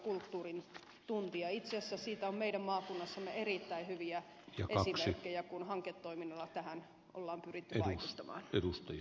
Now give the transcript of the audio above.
itse asiassa siitä on meidän maakunnassamme erittäin hyviä esimerkkejä kun hanketoiminnalla tähän on pyritty vaikuttamaan